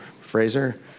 Fraser